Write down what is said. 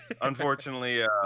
unfortunately